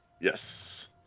yes